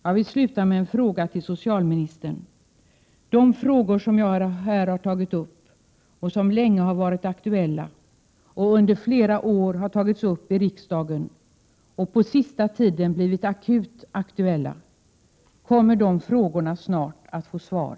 Jag vill sluta med en fråga till socialministern: Kommer de frågor som jag här har tagit upp, som länge har varit aktuella, som under flera år har tagits upp i riksdagen och som på sista tiden har blivit akut aktuella, snart att få svar?